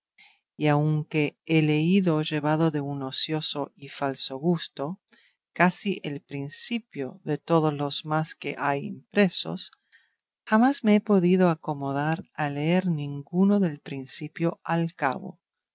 y aunque he leído llevado de un ocioso y falso gusto casi el principio de todos los más que hay impresos jamás me he podido acomodar a leer ninguno del principio al cabo